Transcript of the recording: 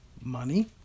money